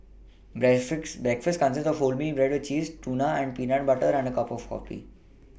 breakfast breakfast consists of wholemeal bread with cheese tuna and peanut butter and a cup of coffee